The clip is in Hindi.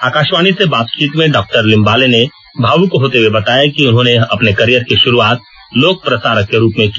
आकाशवाणी से बातचीत में डॉक्टर लिम्बाले ने भावक होते हए बताया कि उन्होंने अपने करियर की श्रूआत लोक प्रसारक के रूप में की